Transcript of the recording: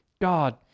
God